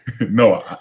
No